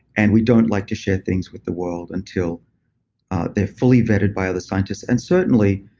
and we don't like to share things with the world until they're fully vetted by other scientists. and certainly,